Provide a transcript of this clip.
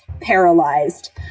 paralyzed